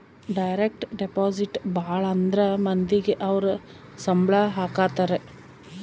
direct deposit ಭಾಳ ಅಂದ್ರ ಮಂದಿಗೆ ಅವ್ರ ಸಂಬ್ಳ ಹಾಕತರೆ